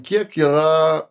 kiek yra